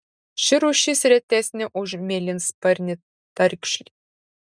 ši rūšis retesnė už mėlynsparnį tarkšlį